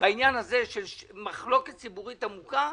בעניין מחלוקת ציבורית עמוקה.